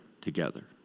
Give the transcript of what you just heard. together